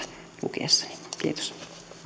lukiessani kiitos